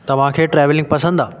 तव्हांखे ट्रेविलिंग पसंदि आहे